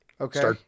Okay